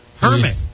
Hermit